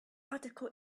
article